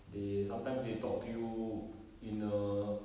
they sometimes they talk to you in a